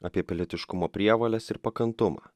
apie pilietiškumo prievoles ir pakantumą